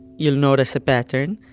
you'll notice a pattern,